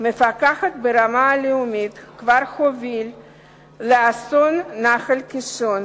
מפקחת ברמה הלאומית כבר הוביל לאסון נחל-קישון.